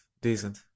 decent